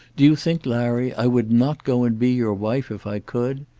do you think, larry, i would not go and be your wife if i could?